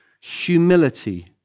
humility